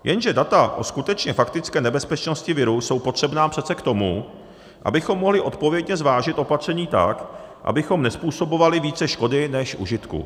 Jenže data o skutečné, faktické nebezpečnosti viru jsou potřebná přece k tomu, abychom mohli odpovědně zvážit opatření tak, abychom nezpůsobovali více škody než užitku.